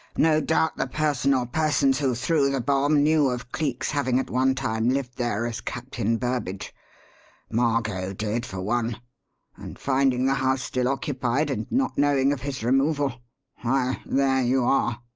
no doubt the person or persons who threw the bomb knew of cleek's having at one time lived there as captain burbage' margot did, for one and finding the house still occupied, and not knowing of his removal why, there you are.